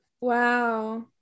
wow